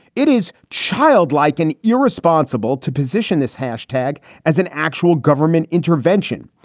it is child like an irresponsible to position this hashtag as an actual government intervention.